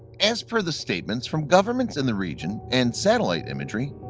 as per the statements from governments in the region and satellite imagery,